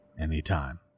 anytime